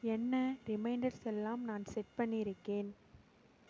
என்ன ரிமைண்டர்ஸ் எல்லாம் நான் செட் பண்ணியிருக்கேன்